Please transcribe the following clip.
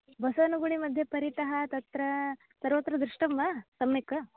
बसवनगुडि मध्ये परितः तत्र सर्वत्र दृष्टं वा सम्यक्